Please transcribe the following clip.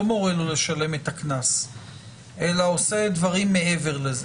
מורה לו לשלם את הקנס אלא עושה דברים מעבר לזה,